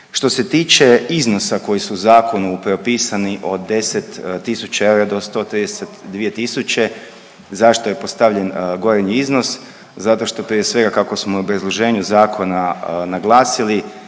Što se tiče iznosa koji su u zakonu propisani od 10 tisuća eura do 132 tisuće, zašto je postavljen gornji iznos. Zato što prije svega kako smo u obrazloženju zakona naglasili,